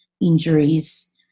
injuries